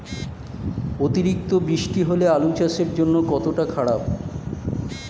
অতিরিক্ত বৃষ্টি হলে আলু চাষের জন্য কতটা খারাপ?